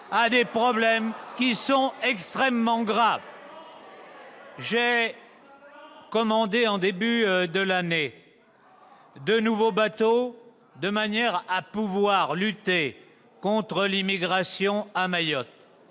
à des problèmes qui sont extrêmement graves ! Quand ? J'ai commandé, en début d'année, de nouveaux bateaux, de manière à pouvoir lutter contre l'immigration à Mayotte.